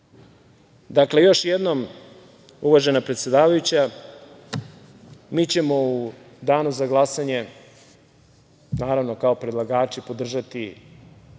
procesu. Još jednom, uvažena predsedavajuća, mi ćemo u danu za glasanje, naravno, kao predlagači, podržati